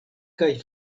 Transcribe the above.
kaj